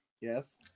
Yes